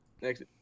Next